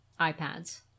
iPads